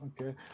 okay